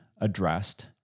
addressed